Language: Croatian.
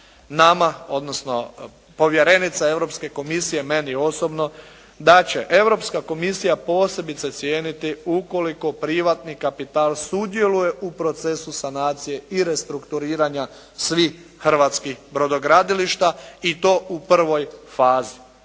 nama, odnosno povjerenica Europske komisije je meni osobno, da će Europska komisija posebice cijeniti ukoliko privatni kapital sudjeluje u procesu sanacije i restrukturiranja svih hrvatskih brodogradilišta i to u prvoj fazi.